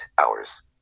hours